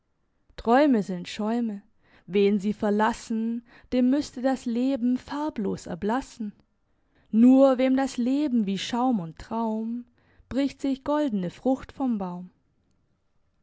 träume sind schäume wen sie verlassen dem müsste das leben farblos erblassen nur wem das leben wie schaum und traum bricht sich goldene frucht vom baum